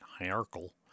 hierarchical